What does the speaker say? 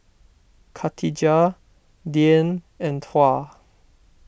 Khatijah Dian and Tuah